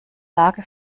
lage